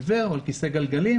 עיוור או על כיסא גלגלים.